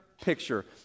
picture